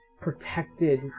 protected